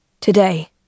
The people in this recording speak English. today